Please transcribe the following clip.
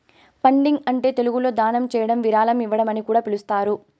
funding అంటే తెలుగులో దానం చేయడం విరాళం ఇవ్వడం అని కూడా పిలుస్తారు